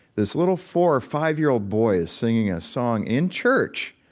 this little four or five-year-old boy is singing a song in church,